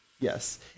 Yes